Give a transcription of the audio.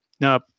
Now